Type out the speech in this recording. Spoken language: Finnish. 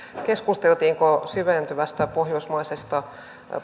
keskusteltiinko syventyvästä pohjoismaisesta